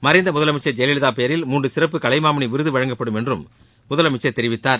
மறைந்த முதலமைச்சர் ஜெயலலிதா பெயரில் மூன்று சிறப்பு கலைமாமணி விருது வழங்கப்படும் என்றும் முதலமைச்சர் தெரிவித்தார்